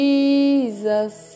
Jesus